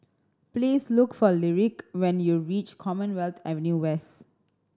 please look for Lyric when you reach Commonwealth Avenue West